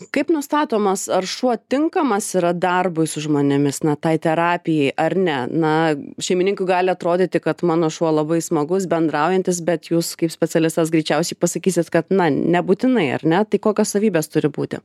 kaip nustatomas ar šuo tinkamas yra darbui su žmonėmis na tai terapijai ar ne na šeimininkui gali atrodyti kad mano šuo labai smagus bendraujantis bet jūs kaip specialistas greičiausiai pasakysit kad na nebūtinai ar ne tai kokios savybės turi būti